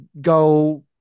go